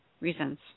reasons